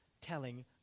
telling